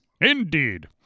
indeed